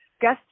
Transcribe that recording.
guest